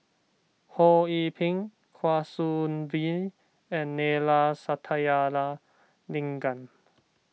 Ho Yee Ping Kwa Soon Bee and Neila Sathyalingam